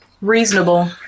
reasonable